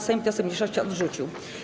Sejm wniosek mniejszości odrzucił.